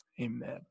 Amen